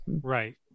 Right